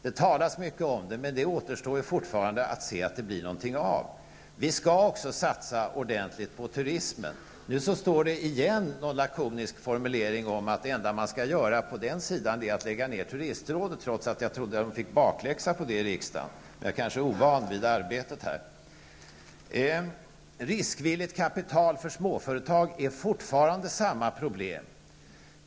Det talas mycket om detta, men det återstår fortfarande att se att det blir något av. Vi skall också satsa ordentligt på turismen. Nu står det åter någon lakonisk formulering om att det enda som man skall göra på den sidan är att lägga ned turistrådet, trots att jag trodde att regeringen fick bakläxa på detta i riksdagen. Men jag kanske är ovan vid arbetet här. Riskvilligt kapital för småföretag utgör fortfarande samma problem.